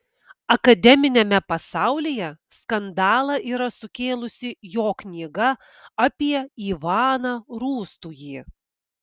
akademiniame pasaulyje skandalą yra sukėlusi jo knyga apie ivaną rūstųjį